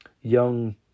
young